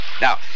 Now